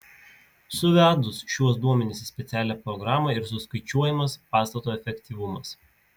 suvedus šiuos duomenis į specialią programą ir suskaičiuojamas pastato efektyvumas